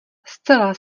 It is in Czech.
zcela